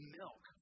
milk